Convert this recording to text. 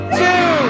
two